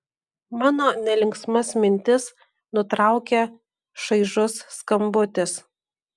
mano nelinksmas mintis nutraukia šaižus skambutis